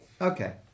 Okay